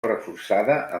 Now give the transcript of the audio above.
reforçada